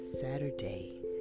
Saturday